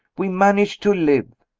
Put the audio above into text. we manage to live.